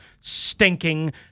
stinking